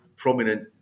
prominent